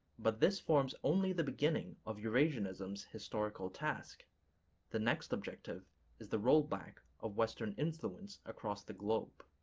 but this forms only the beginning of eurasianism's historical task the next objective is the rollback of western influence across the globe.